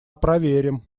проверим